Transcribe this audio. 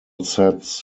sets